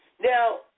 Now